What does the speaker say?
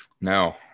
No